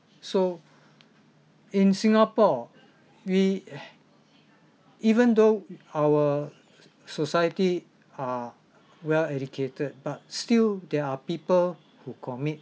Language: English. so in singapore we e~ even though our society are well educated but still there are people who commit